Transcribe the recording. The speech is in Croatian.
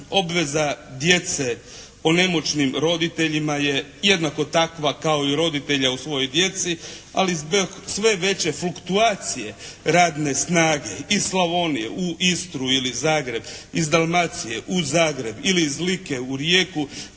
obveza djece o nemoćnim roditeljima je jednako takva kao i roditelja o svojoj djeci, ali zbog sve veće fluktuacije radne snage iz Slavonije u Istru ili Zagreb, iz Dalmacije u Zagreb ili iz Like u Rijeku